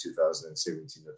2017